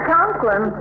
Conklin